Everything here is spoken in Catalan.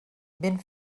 ben